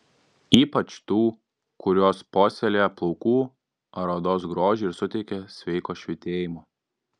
ypač tų kurios puoselėja plaukų ar odos grožį ir suteikia sveiko švytėjimo